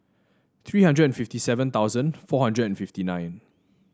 three hundred and fifty seven thousand four hundred and fifty nine